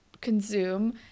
consume